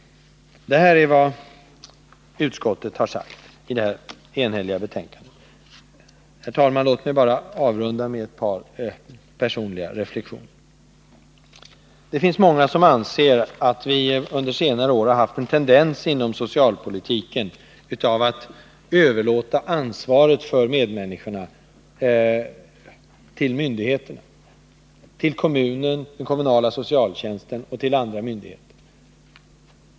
Det här är vad utskottet har sagt i sitt enhälliga betänkande. Herr talman! Låt mig bara avrunda med ett par personliga reflexioner. Det finns många som anser att vi under senare år har haft en tendens inom socialpolitiken att överlåta ansvaret för medmänniskorna till myndigheterna —till kommunen, den kommunala socialtjänsten och andra myndigheter.